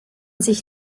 sich